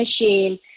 machine